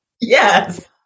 Yes